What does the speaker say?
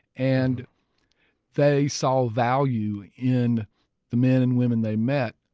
and they saw value in the men and women they met.